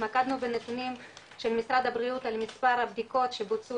התמקדנו בנתונים של משרד הבריאות על מספר הבדיקות שבוצעו